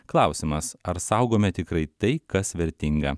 klausimas ar saugome tikrai tai kas vertinga